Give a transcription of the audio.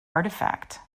artifact